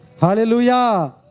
Hallelujah